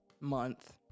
month